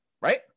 right